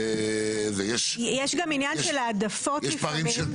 יש פערים של